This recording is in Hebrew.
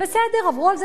עברו על זה לסדר-היום,